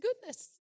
goodness